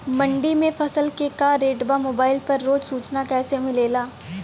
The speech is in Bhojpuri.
मंडी में फसल के का रेट बा मोबाइल पर रोज सूचना कैसे मिलेला?